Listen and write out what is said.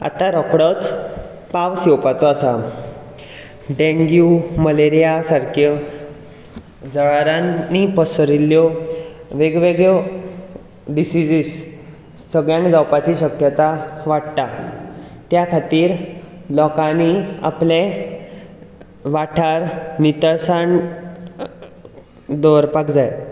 आतां रोकडोच पावस येवपाचो आसा डेंग्यू मलेरीया सारक्यो जळारांनी पसरिल्ले वेगवेगळे डिसिजीस सगळ्यांक जावपाची शक्यताय वाडटा ते खातीर लोकांनी आपलो वाठार नितळसाण दवरपाक जाय